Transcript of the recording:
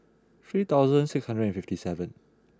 three thousand six hundred and fifty seven